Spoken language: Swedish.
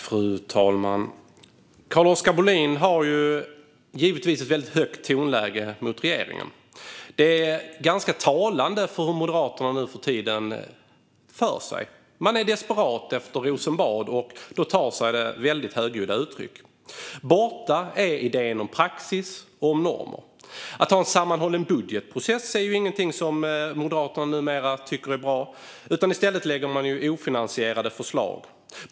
Fru talman! Carl-Oskar Bohlin har givetvis ett väldigt högt tonläge mot regeringen. Det är ganska talande för hur Moderaterna nu för tiden för sig. De är desperata efter Rosenbad, och då tar det sig väldigt högljudda uttryck. Borta är idén om praxis och normer. Att ha en sammanhållen budgetprocess är ingenting som Moderaterna numera tycker är bra. I stället lägger man fram ofinansierade förslag.